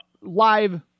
live